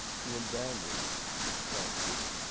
to abandon glass-steagall.